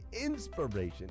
inspiration